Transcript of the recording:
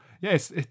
yes